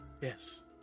Yes